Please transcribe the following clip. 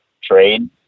trade